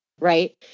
Right